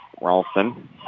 Ralston